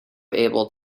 able